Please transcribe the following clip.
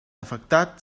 afectat